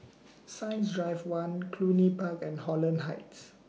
Science Drive one Cluny Park and Holland Heights